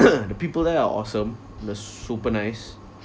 the people there are awesome they're super nice